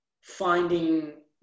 finding